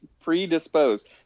predisposed